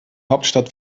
hauptstadt